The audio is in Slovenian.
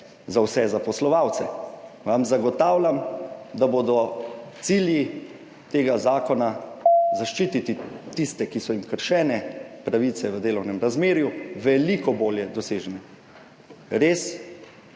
za vse zaposlovalce. Zagotavljam vam, da bodo cilji tega zakona, zaščititi tiste, ki so jim kršene pravice v delovnem razmerju, veliko bolje doseženi. Res